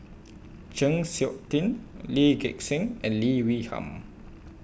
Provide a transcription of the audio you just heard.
Chng Seok Tin Lee Gek Seng and Lee Wee Nam